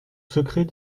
secrets